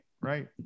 Right